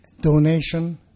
donation